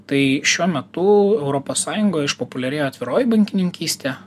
tai šiuo metu europos sąjungoj išpopuliarėjo atviroji bankininkystė